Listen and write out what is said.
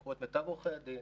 לקחו את מיטב עורכי הדין